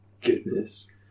goodness